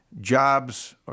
jobs